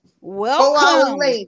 Welcome